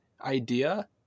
idea